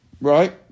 Right